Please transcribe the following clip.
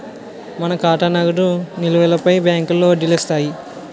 మన ఖాతా నగదు నిలువులపై బ్యాంకులో వడ్డీలు ఇస్తాయి